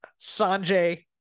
Sanjay